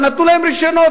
אבל נתנו להם רשיונות,